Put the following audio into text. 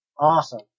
Awesome